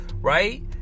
right